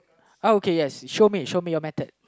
okay yes show me show me your method